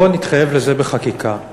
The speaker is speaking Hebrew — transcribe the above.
בוא נתחייב לזה בחקיקה.